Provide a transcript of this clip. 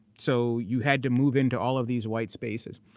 so, you had to move in to all of these white spaces.